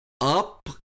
Up